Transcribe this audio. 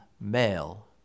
male